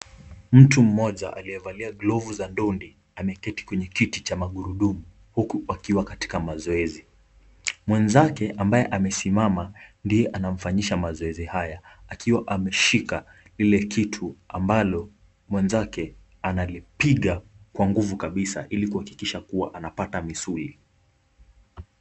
Mtu mmoja aliyevalia glovu za ndondi ameketi kwenye kiti cha magurudumu, huku akiwa katika mazoezi. Mwenzake ambaye amesimama, ndiye anamufanyisha mazoezi haya, akiwa ameshika hio kitu ambalo mwenzake analipiga kwa nguvu kabisa ili kuhakikisha kuwa amepata misuli.